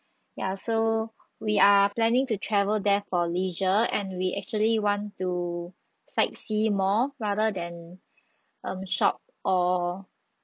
ya so we are planning to travel there for leisure and we actually want to sightsee more rather than um shop or